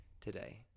today